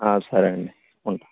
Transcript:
సరే అండీ ఉంటా